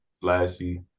flashy